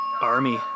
Army